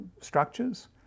structures